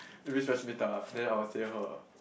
if it's then I would say her ah